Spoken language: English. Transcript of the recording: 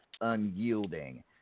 unyielding